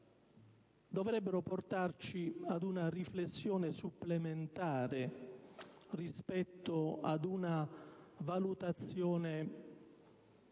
dovrebbero portarci ad una riflessione supplementare rispetto ad una valutazione che